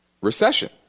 recession